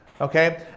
Okay